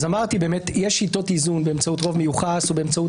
אמרתי שיש שיטות איזון באמצעות רוב מיוחס ובאמצעות